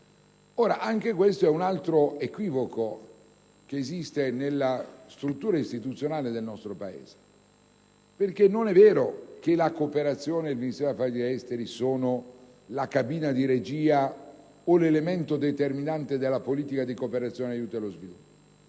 Ora, anche questo è un altro equivoco che esiste nella struttura istituzionale del nostro Paese, perché non è vero che la cooperazione del Ministero degli affari esteri sia la cabina di regia o l'elemento determinante della politica di cooperazione e aiuto allo sviluppo.